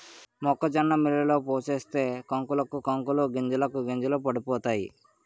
మొక్కజొన్న మిల్లులో పోసేస్తే కంకులకు కంకులు గింజలకు గింజలు పడిపోతాయి